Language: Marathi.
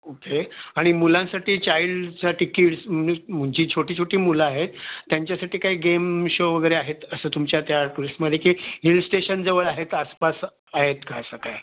ओके आणि मुलांसाठी चाईल्डसाठी किड्स मीस् जी छोटी छोटी मुलं आहेत त्यांच्यासाठी काय गेम शो वगैरे आहेत असं तुमच्या त्या टुरिस्टमध्ये की हिल स्टेशनजवळ आहेत आसपास आहेत का असं काय